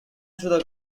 through